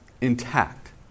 intact